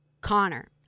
Connor